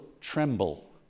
tremble